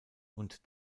und